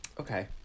Okay